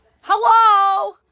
Hello